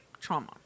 trauma